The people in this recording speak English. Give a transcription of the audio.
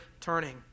turning